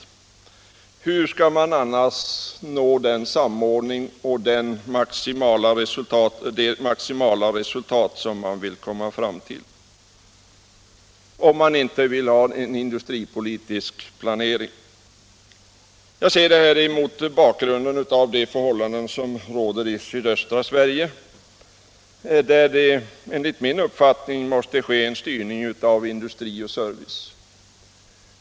Hur skall man nå den samordning och det maximala resultat som man vill komma fram till om man inte vill ha en industripolitisk planering? Jag säger detta mot bakgrund av de förhållanden som råder i sydöstra Sverige, där det enligt min uppfattning måste bli en styrning av industri och service.